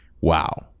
wow